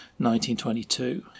1922